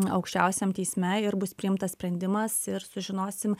aukščiausiam teisme ir bus priimtas sprendimas ir sužinosim